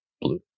Blue